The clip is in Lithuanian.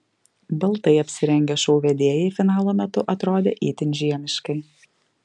baltai apsirengę šou vedėjai finalo metu atrodė itin žiemiškai